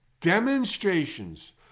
demonstrations